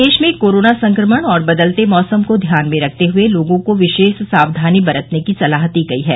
प्रदेश में कोरोना संक्रमण एवं बदलते मौसम को ध्यान में रखते हुए लोगों को विशेष सावधनी बरतने की सलाह दी गयी है